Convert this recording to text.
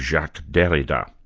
jacques derrida.